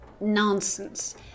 Nonsense